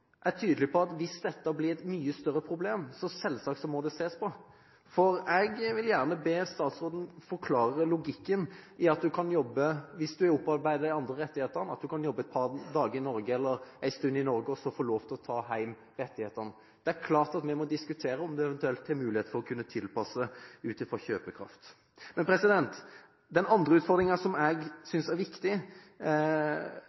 er tydelig på at hvis dette blir et mye større problem, må det selvsagt ses på. Jeg vil be statsråden forklare logikken i at du, hvis du har opparbeidet deg de andre rettighetene, kan jobbe et par dager, eller en stund, i Norge og så få lov til å ta hjem rettighetene. Det er klart at vi må diskutere om det eventuelt er mulighet for å kunne tilpasse ut fra kjøpekraft. Den andre utfordringen som jeg